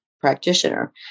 practitioner